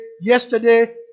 yesterday